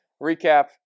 Recap